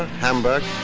hamburg,